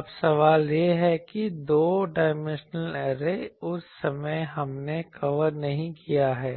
अब सवाल यह है कि यह दो डायमेंशनल ऐरे उस समय हमने कवर नहीं किया है